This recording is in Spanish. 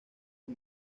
del